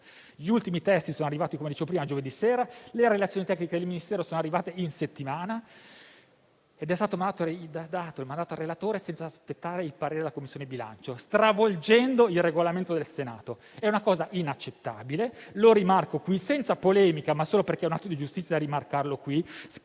gli ultimi testi sono arrivati giovedì sera, le relazioni tecniche del Ministero sono arrivate in settimana ed è stato conferito il mandato al relatore senza aspettare il parere della Commissione bilancio, stravolgendo il Regolamento del Senato. È una cosa inaccettabile, lo rimarco qui non per fare polemica, ma solo perché è un atto di giustizia. Spero non